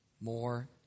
more